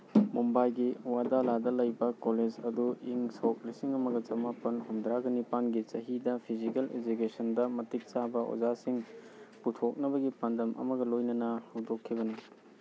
ꯃꯨꯝꯕꯥꯏꯒꯤ ꯋꯥꯗꯥꯂꯥꯗ ꯂꯩꯕ ꯀꯣꯂꯦꯖ ꯑꯗꯨ ꯏꯪ ꯁꯣꯛ ꯂꯤꯁꯤꯡ ꯑꯃꯒ ꯆꯃꯥꯄꯜ ꯍꯨꯝꯗ꯭ꯔꯥꯒ ꯅꯤꯄꯥꯜꯒꯤ ꯆꯍꯤꯗ ꯐꯤꯖꯤꯀꯦꯜ ꯏꯖꯨꯀꯦꯁꯟꯗ ꯃꯇꯤꯛ ꯆꯥꯕ ꯑꯣꯖꯥꯁꯤꯡ ꯄꯨꯊꯣꯛꯅꯕꯒꯤ ꯄꯥꯟꯗꯝ ꯑꯃꯒ ꯂꯣꯏꯅꯅ ꯍꯧꯗꯣꯛꯈꯤꯕꯅꯤ